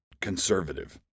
conservative